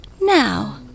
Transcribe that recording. Now